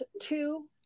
two